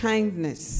Kindness